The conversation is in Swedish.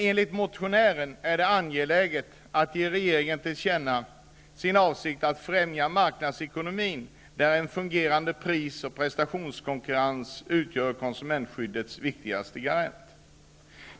Enligt motionären är det angeläget att ge regeringen hans avsikt till känna, dvs. att främja marknadsekonomin, där en fungerande pris och prestationskonkurrens utgör konsumentskyddets viktigaste garant.